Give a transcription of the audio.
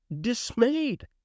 dismayed